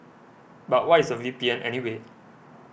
but what is a V P N anyway